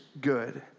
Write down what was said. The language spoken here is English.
good